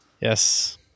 Yes